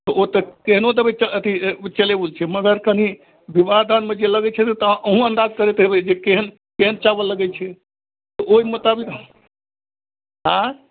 ओ तऽ केहनो देबै तऽ अथी चलेबुल छै मगर कनि विवाहदानमे जे लगै छै तऽ अहूँ अन्दाज करैत हेबै जे केहन केहन चावल लगै छै तऽ ओहि मोताबिक आँ